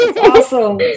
Awesome